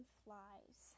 flies